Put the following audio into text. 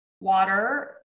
water